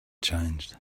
changed